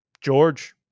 George